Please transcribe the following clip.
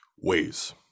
ways